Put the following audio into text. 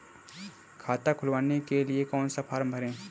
खाता खुलवाने के लिए कौन सा फॉर्म भरें?